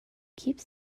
keeps